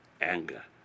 anger